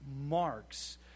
marks